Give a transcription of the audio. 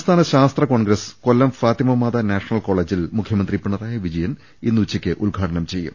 സംസ്ഥാന ശാസ്ത്ര congress Kollam Fatima Mata national കോളജിൽ മുഖ്യമന്ത്രി പിണറായി വിജയൻ ഇന്നുച്ചക്ക് ഉദ്ഘാ ടനം ചെയ്യും